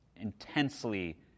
intensely